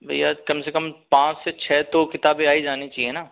भैया कम से कम पाँच से छः तो किताबें तो आ ही जानी चाहिए ना